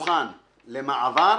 מוכן למעבר,